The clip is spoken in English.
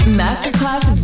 masterclass